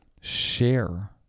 share